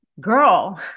Girl